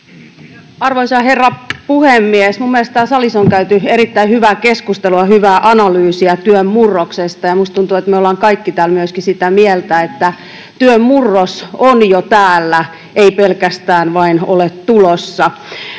Arvoisa herra puhemies! Minun mielestäni täällä salissa on käyty erittäin hyvää keskustelua, hyvää analyysiä työn murroksesta, ja minusta tuntuu, että me olemme kaikki täällä myöskin sitä mieltä, että työn murros on jo täällä, ei pelkästään ole vain tulossa.